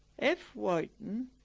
f wyton,